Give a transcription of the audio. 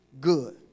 good